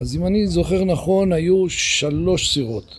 אז אם אני זוכר נכון היו שלוש סירות